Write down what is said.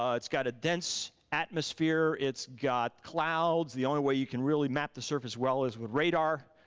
ah it's got a dense atmosphere, it's got clouds. the only way you can really map the surface well is with radar,